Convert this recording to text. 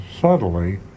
subtly